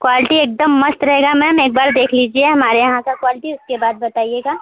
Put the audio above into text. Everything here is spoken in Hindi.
क्वालटी एकदम मस्त रहेगा मैम एक बार देख लीजिए हमारे यहाँ का क्वालटी उसके बाद बताइएगा